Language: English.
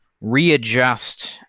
readjust